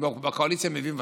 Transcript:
אם הוא בקואליציה הוא מבין,